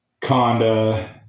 Conda